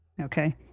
Okay